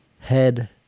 head